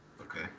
okay